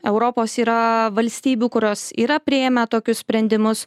europos yra valstybių kurios yra priėmę tokius sprendimus